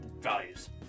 values